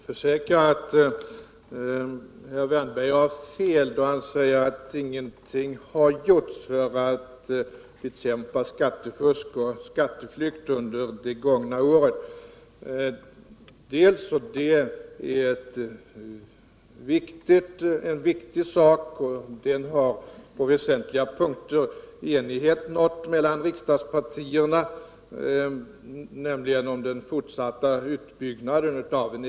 Herr talman! Jag hävdar fortfarande att ingenting blivit gjort. Den effektiva taxeringsorganisation som har genomförts kom till efter ett principbeslut som redan var fattat av riksdagen. Det var alltså ingenting nytt. Budgetministern har räknat upp förslag som han tänker förelägga riksdagen. Det är bra.